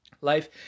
life